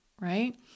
right